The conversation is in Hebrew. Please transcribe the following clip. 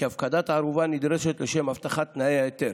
הפקדת הערובה נדרשת לשם הבטחת תנאי ההיתר.